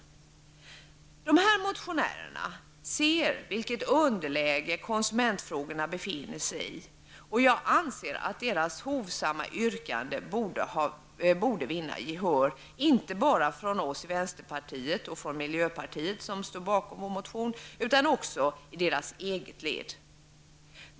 De här motionärerna ser vilket underläge konsumentfrågorna befinner sig i, och jag anser att deras hovsamma yrkande borde vinna gehör, inte bara från oss i vänsterpartiet och från miljöpartiet, som står bakom vår motion, utan också i deras eget led.